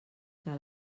que